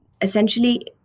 essentially